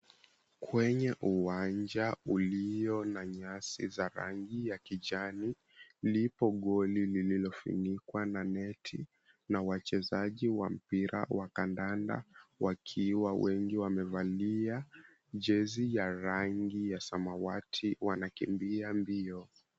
Kwenye uwanja ulio na nyasi za rangi ya kijani lipo goli lililofunikwa na neti na wachezaji wa mpira wa kandanda wakiwa wengi wamevalia jezi ya rangi ya samawati wanakimbia mbio.